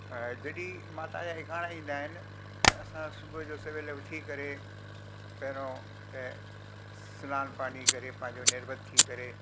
जॾहिं मां तव्हांजा इकाणा ईंदा आहिनि त असां सुबुह जो सवेल उथी करे पहिरियों त सनानु पाणी करे पंहिंजो निरवत थी करे